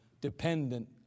dependent